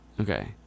Okay